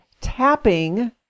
tapping